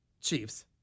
Chiefs